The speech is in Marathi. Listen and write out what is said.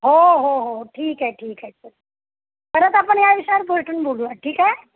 हो हो हो हो ठीक आहे ठीक आहे परत आपण या विषयावर भेटून बोलूया ठीक आहे